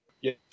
yes